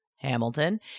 Hamilton